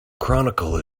chronicle